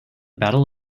battle